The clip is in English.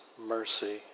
mercy